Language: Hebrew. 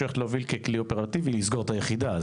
שהיא הולכת להוביל ככלי אופרטיבי לסגור את היחידה.